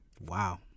Wow